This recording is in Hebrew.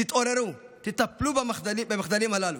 תתעוררו, תטפלו במחדלים הללו,